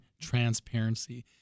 transparency